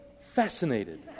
fascinated